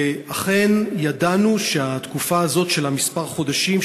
ואכן ידענו שהתקופה הזאת של כמה חודשים,